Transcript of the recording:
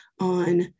on